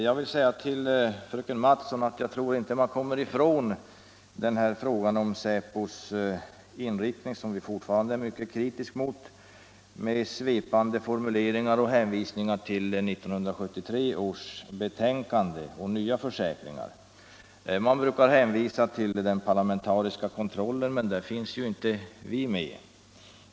Herr talman! Jag tror inte, fröken Mattson, att man kommer ifrån frågan om säpos inriktning - som vi fortfarande är mycket kritiska mot —- med svepande formuleringar, hänvisningar till 1973 års betänkande och nya försäkringar. Man brukar hänvisa till den parlamentariska kontrollen, men där finns inte vi med.